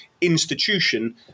institution